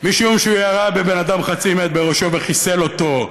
משום שהוא ירה בבן אדם חצי מת בראשו וחיסל אותו.